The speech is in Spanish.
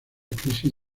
crisis